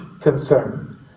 concern